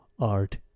art